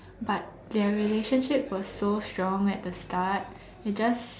but their relationship was so strong at the start it just